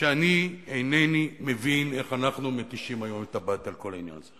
שאני אינני מבין איך אנחנו מתישים היום את הבית על כל העניין הזה.